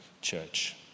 church